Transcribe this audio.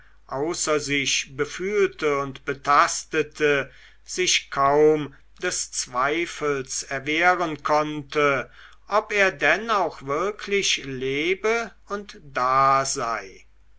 außer sich befühlte und betastete sich kaum des zweifels erwehren konnte ob er denn auch wirklich lebe und da sei